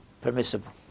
permissible